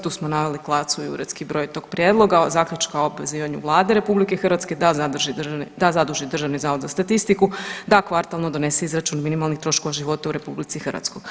Tu smo naveli klasu i uredski broj tog prijedloga zaključka o pozivanju Vlade RH da zadrži, da zaduži Državni zavod za statistiku da kvartalno donese izračun minimalnih troškova života u RH.